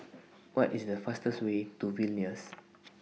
What IS The fastest Way to Vilnius